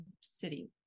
city